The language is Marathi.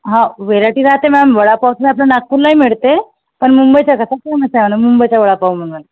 हां व्हेरायटी राहते मॅम वडापावचं आपलं नागपूरलाही मिळते पण मुंबईचा कसा फेमस आहे ना मुंबईचा वडापाव म्हणून